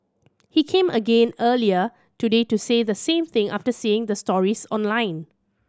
he came again earlier today to say the same thing after seeing the stories online